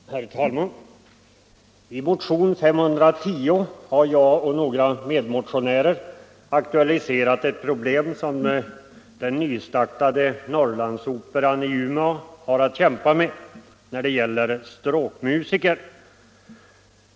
Herr talman! I motionen 510 har några medmotionärer och jag aktualiserat ett problem som den nystartade Norrlandsoperan i Umeå har att kämpa med när det gäller stråkmusiker.